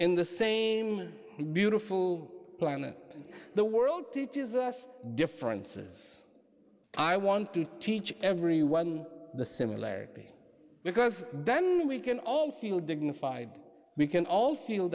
in the same with beautiful planet the world teaches us differences i want to teach everyone the similarity because then we can all feel dignified we can all feel